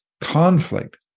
conflict